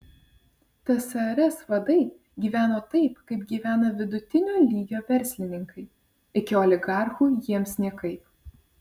tsrs vadai gyveno taip kaip gyvena vidutinio lygio verslininkai iki oligarchų jiems niekaip